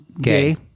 gay